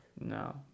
No